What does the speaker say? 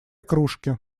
кружки